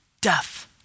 death